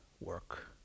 work